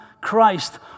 Christ